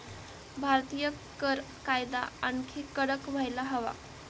भारतीय कर कायदा आणखी कडक व्हायला हवा